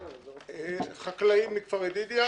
אני משה רודנסקי, חקלאי מכפר ידידיה.